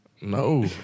No